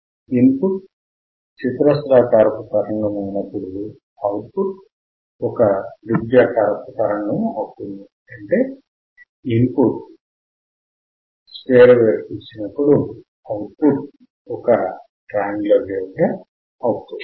in put చతురస్రాకారపు తరంగము అయినప్పుడు అవుట్ పుట్ ఒక త్రిభుజాకారపు తరంగము అవుతుంది